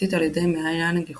הכלכוליתית על יד מעין הגיחון,